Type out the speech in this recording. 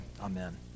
amen